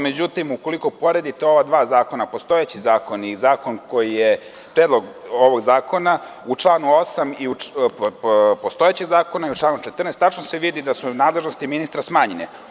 Međutim, ako poredite ova dva zakona, postojeći zakon i zakon koji je predlog ovog zakona, u članu 8. postojećeg zakona i u članu 14. tačno se vidi da su nadležnosti ministra smanjene.